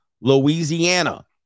Louisiana